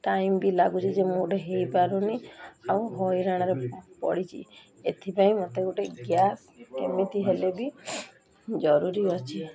time ବି ଲାଗୁଛି ଯେ ମୁଁ ଗୋଟେ ହେଇପାରୁନି ଆଉ ହଇରାଣରେ ପଡ଼ିଛି ଏଥିପାଇଁ ମୋତେ ଗୋଟେ ଗ୍ୟାସ୍ କେମିତି ହେଲେ ବି ଜରୁରୀ ଅଛି